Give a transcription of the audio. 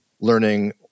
learning